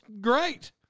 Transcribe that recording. great